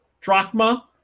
Drachma